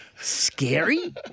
scary